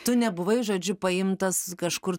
tu nebuvai žodžiu paimtas kažkur